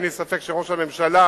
אין לי ספק שראש הממשלה,